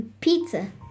Pizza